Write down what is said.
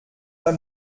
pas